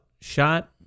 shot